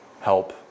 help